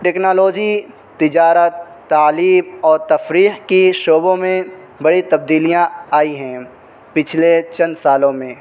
technology تجارت تعلیم اور تفریح کی شعبوں میں بڑی تبدیلیاں آئی ہیں پچھلے چند سالوں میں